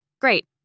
Great